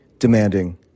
Demanding